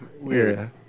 Weird